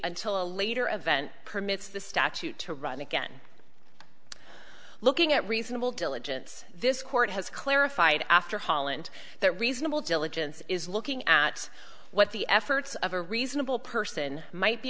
until a later event permits the statute to run again looking at reasonable diligence this court has clarified after hollande that reasonable diligence is looking at what the efforts of a reasonable person might be